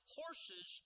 horses